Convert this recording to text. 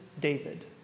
David